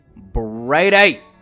Brady